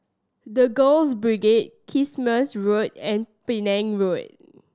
The Girls Brigade Kismis Road and Penang Road